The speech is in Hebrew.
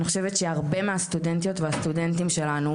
אני חושבת שהרבה מהסטודנטיות והסטודנטים שלנו